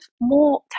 more